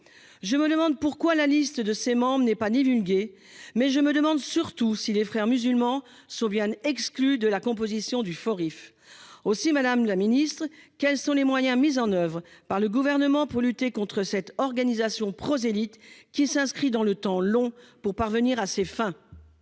Je me demande notamment pourquoi la liste de ses membres n'est pas divulguée, mais je me demande surtout si les Frères musulmans en sont bien exclus ! Madame la ministre, quels sont les moyens mis en oeuvre par le Gouvernement pour lutter contre cette organisation prosélyte, qui s'inscrit dans le temps long pour parvenir à ses fins ?